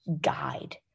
guide